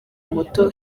moto